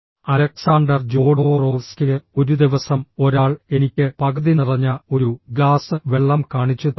Alexander Jodorowsky ഒരു ദിവസം ഒരാൾ എനിക്ക് പകുതി നിറഞ്ഞ ഒരു ഗ്ലാസ് വെള്ളം കാണിച്ചു തന്നു